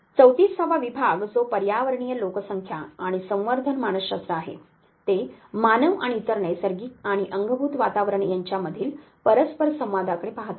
34 वा विभाग जो पर्यावरणीय लोकसंख्या आणि संवर्धन मानसशास्त्र आहे ते मानव आणि इतर नैसर्गिक आणि अंगभूत वातावरण यांच्यामधील परस्परसंवादाकडे पाहतात